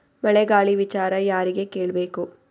ಮಳೆ ಗಾಳಿ ವಿಚಾರ ಯಾರಿಗೆ ಕೇಳ್ ಬೇಕು?